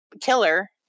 killer